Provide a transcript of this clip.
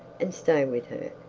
and stay with her,